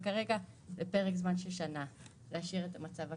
כרגע בפרק זמן של שנה להשאיר את המצב הקיים.